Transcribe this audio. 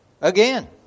Again